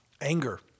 anger